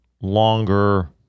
longer